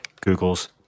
Google's